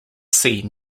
sea